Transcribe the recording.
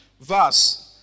verse